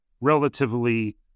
relatively